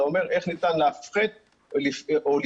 אתה אומר איך ניתן להפחית או למנוע